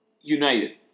United